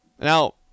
Now